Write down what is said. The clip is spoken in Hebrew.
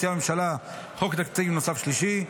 מציעה הממשלה חוק תקציב נוסף שלישי,